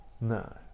No